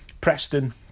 Preston